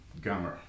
Gummer